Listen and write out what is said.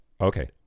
Okay